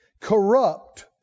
corrupt